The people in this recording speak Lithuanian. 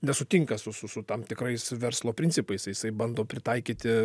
nesutinka su su su tam tikrais verslo principais jisai bando pritaikyti